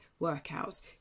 workouts